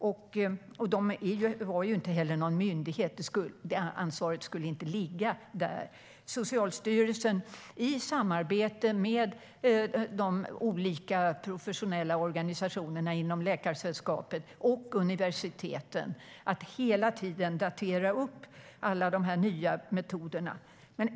De var inte heller någon myndighet. Det ansvaret skulle inte ligga där, utan det skulle ligga på Socialstyrelsen att, i samarbete med de olika professionella organisationerna inom Läkaresällskapet och universiteten, hela tiden uppdatera de olika nya metoderna.